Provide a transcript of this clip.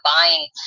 buying